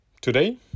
Today